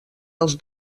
els